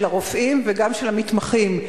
של הרופאים וגם של המתמחים,